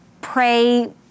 pray